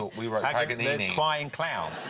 we wrote paganini. crying clown.